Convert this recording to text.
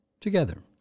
Together